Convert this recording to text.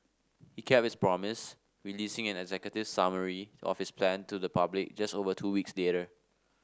he kept his promise releasing an executive summary of his plan to the public just over two weeks later